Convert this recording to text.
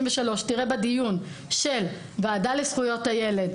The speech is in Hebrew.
תראה בדיון של הוועדה לזכויות הילד,